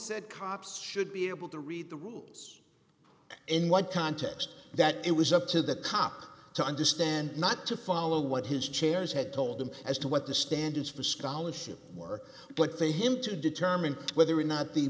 said cops should be able to read the rules in what context that it was up to the cop to understand not to follow what his chairs had told them as to what the standards for scholarship were but they him to determine whether or not the